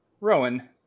Rowan